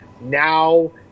now